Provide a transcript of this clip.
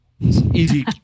Easy